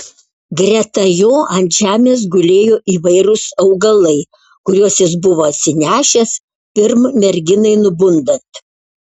greta jo ant žemės gulėjo įvairūs augalai kuriuos jis buvo atsinešęs pirm merginai nubundant